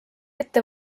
ette